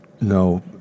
No